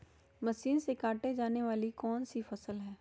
Machine से काटे जाने वाली कौन सी फसल है?